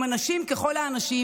הם אנשים ככל האנשים,